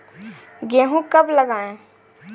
गेहूँ कब लगाएँ?